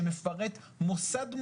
שמפרט מוסד,